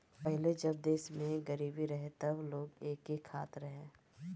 पहिले जब देश में गरीबी रहे तब लोग एके खात रहे